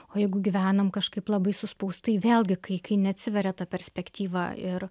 o jeigu gyvenam kažkaip labai suspausta vėlgi kai kai neatsiveria ta perspektyva ir